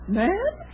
man